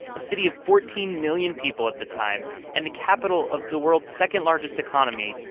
a city of fourteen million people at the time and the capital of the world's second-largest economy,